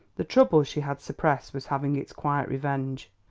the trouble she had suppressed was having its quiet revenge.